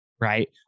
Right